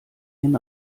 den